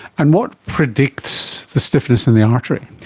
and what predicts the stiffness in the artery?